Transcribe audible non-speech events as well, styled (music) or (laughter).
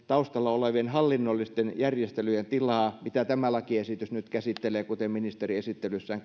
taustalla olevien hallinnollisten järjestelyjen tilaa jota tämä lakiesitys nyt käsittelee kuten ministeri esittelyssään (unintelligible)